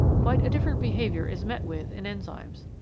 quite a different behaviour is met with in enzymes.